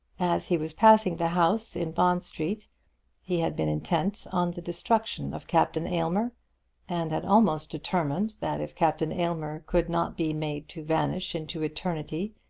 as he was passing the house in bond street he had been intent on the destruction of captain aylmer and had almost determined that if captain aylmer could not be made to vanish into eternity,